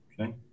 Okay